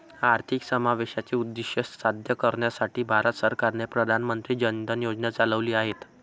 आर्थिक समावेशाचे उद्दीष्ट साध्य करण्यासाठी भारत सरकारने प्रधान मंत्री जन धन योजना चालविली आहेत